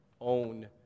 own